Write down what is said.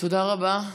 תודה רבה,